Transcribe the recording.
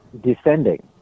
descending